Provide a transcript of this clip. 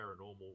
paranormal